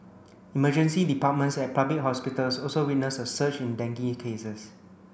emergency departments at public hospitals also witnessed a surge in dengue cases